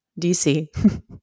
DC